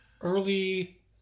early